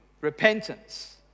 Repentance